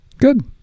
Good